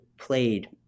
played